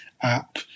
app